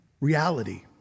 reality